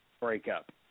breakup